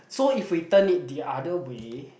so if we turn it the other way